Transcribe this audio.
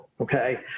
okay